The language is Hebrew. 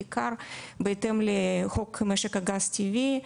בעיקר בהתאם לחוק משק הגז הטבעי,